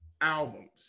albums